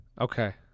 Okay